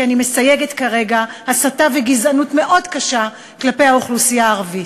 כי אני מסייגת כרגע הסתה וגזענות מאוד קשה כלפי האוכלוסייה הערבית.